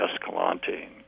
Escalante